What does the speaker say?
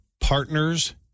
Partners